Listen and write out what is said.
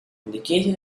indicating